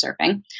surfing